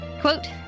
Quote